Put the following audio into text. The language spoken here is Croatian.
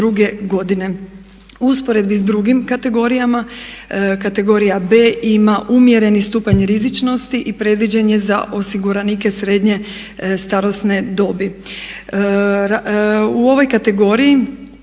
U usporedbi sa drugim kategorijama, kategorija B ima umjereni stupanj rizičnosti i predviđen je za osiguranike srednje starosne dobi. U ovoj kategoriji